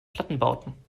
plattenbauten